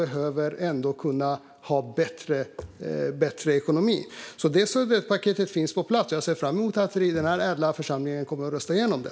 Detta stödpaket har redan lagts fram, och jag ser fram emot att den här ädla församlingen kommer att rösta igenom det.